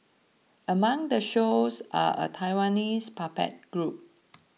among the shows are a Taiwanese puppet group